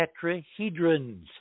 tetrahedrons